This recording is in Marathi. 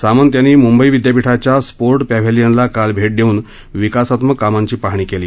सामंत यांनी मुंबई विद्यापीठाच्या स्पोर्ट पॅव्हेलियनला भेट देऊन विकासात्मक कामांची पाहणी केली